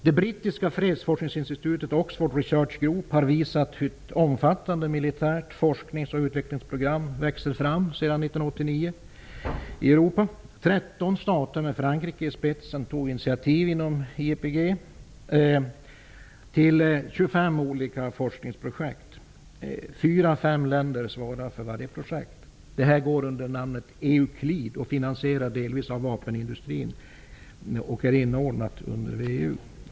Research Group har, sedan 1989, visat hur ett omfattande militärt forsknings och utvecklingsprogram växer fram i Europa. 13 stater, med Frankrike i spetsen tog inom EPG initiativ till 25 olika forskningsprojekt; fyra fem länder svarar för varje projekt. Det går under namnet EUCLID. Det finansieras delvis av vapenindustrin och är inordnat under VEU.